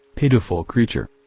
pitiful creature.